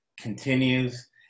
continues